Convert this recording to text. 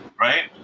right